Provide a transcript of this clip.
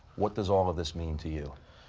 what does all this mean to you?